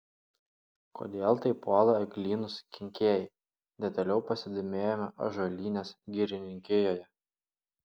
kodėl taip puola eglynus kenkėjai detaliau pasidomėjome ąžuolynės girininkijoje